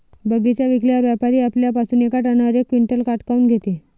बगीचा विकल्यावर व्यापारी आपल्या पासुन येका टनावर यक क्विंटल काट काऊन घेते?